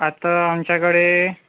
आता आमच्याकडे